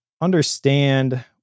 understand